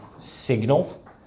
signal